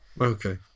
okay